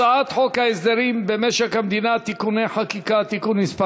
הצעת חוק הסדרים במשק המדינה (תיקוני חקיקה) (תיקון מס'